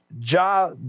Ja